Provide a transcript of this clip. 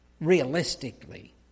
realistically